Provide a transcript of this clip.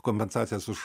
kompensacijas už